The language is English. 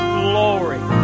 glory